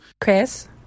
Chris